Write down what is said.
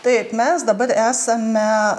taip mes dabar esame